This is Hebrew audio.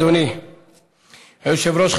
אדוני היושב-ראש,